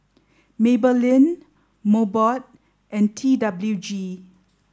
Maybelline Mobot and T W G